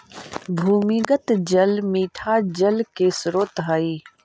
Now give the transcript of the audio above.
भूमिगत जल मीठा जल के स्रोत हई